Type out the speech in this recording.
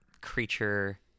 creature